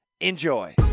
Enjoy